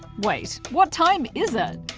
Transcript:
wait what time is it?